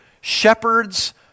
shepherds